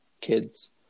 kids